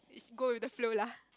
go with the flow lah